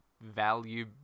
value